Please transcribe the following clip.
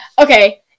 Okay